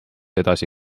edasi